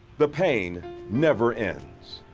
the pain never ends.